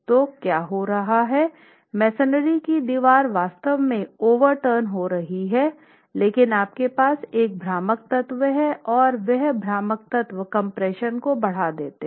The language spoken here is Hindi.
तो क्या हो रहा है मेंसरी की दीवार वास्तव में ओवर्टन हो रही है लेकिन आपके पास एक भ्रामक तत्व है और वह भ्रामक तत्व कम्प्रेशन को बढ़ा देता है